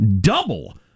double